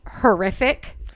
horrific